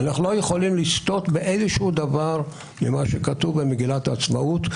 ואנחנו לא יכולים לסטות באיזשהו דבר ממה שכתוב במגילת העצמאות.